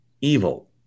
evil